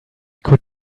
could